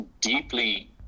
deeply